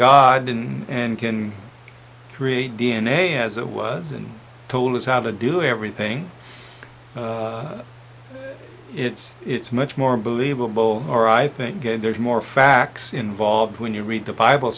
didn't and can create d n a as it was and told us how to do everything it's it's much more believable or i think there's more facts involved when you read the bible